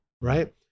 right